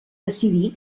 decidir